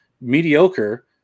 mediocre